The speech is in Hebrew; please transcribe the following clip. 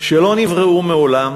שלא נבראו מעולם